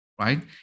right